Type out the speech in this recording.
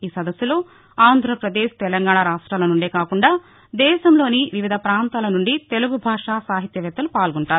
ఈ సదస్సులో ఆంర్రాపదేశ్ తెలంగాణ రాష్ట్రాల నుండే కాకుండా దేశంలోని వివిధ ప్రాంతాల నుండి తెలుగు భాషా సాహిత్య వేత్తలు పాల్గొంటారు